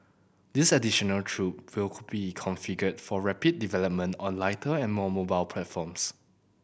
this additional troop will be configured for rapid development on lighter and more mobile platforms